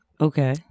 okay